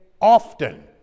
often